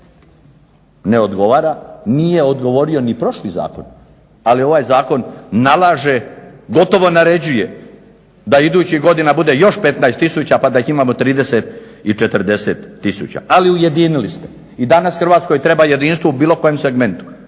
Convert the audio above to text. ne odgovara, nije odgovorio ni prošli zakon. Ali ovaj zakon nalaže, gotovo naređuje da idućih godina bude još 15000 pa da ih imamo 30 i 40000. Ali ujedinili ste. I danas Hrvatskoj treba jedinstvo u bilo kojem segmentu,